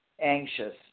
anxious